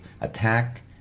Attack